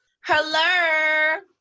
Hello